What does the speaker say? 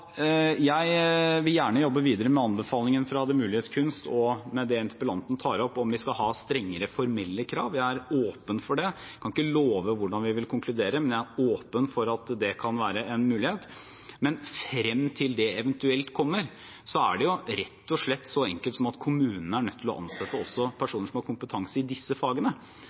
med det interpellanten tar opp, om vi skal ha strengere formelle krav. Jeg er åpen for det. Jeg kan ikke love hvordan vi vil konkludere, men jeg er åpen for at det kan være en mulighet. Men frem til det eventuelt kommer, er det rett og slett så enkelt som at kommunene er nødt til å ansette personer som har kompetanse i disse fagene.